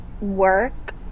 work